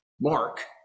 mark